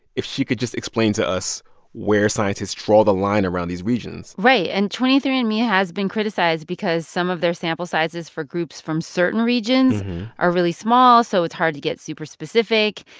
if she could just explain to us where scientists draw the line around these regions right. and twenty three andme yeah has been criticized because some of their sample sizes for groups from certain regions are really small, so it's hard to get super specific.